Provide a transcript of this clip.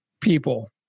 people